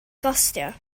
gostio